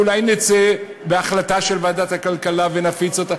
או אולי נצא בהחלטה של ועדת הכלכלה ונפיץ אותה.